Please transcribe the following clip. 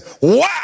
wow